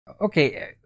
okay